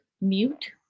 mute